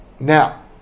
Now